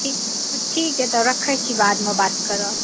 ठीक यऽ तऽ रखैत छी बादमे बात करब